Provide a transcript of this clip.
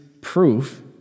proof